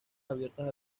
abiertas